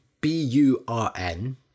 B-U-R-N